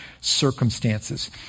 circumstances